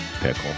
Pickle